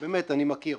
אני מכיר.